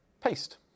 paste